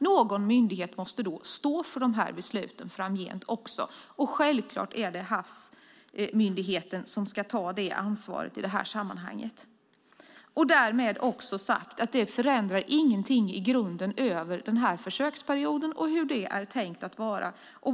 Någon myndighet måste då stå för dessa beslut framgent, och självklart är detta Havs och vattenmyndighetens ansvar. Det förändrar inget i grunden under försöksperioden och hur den är tänkt att vara.